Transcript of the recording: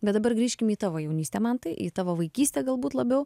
bet dabar grįžkim į tavo jaunystę mantai į tavo vaikystę galbūt labiau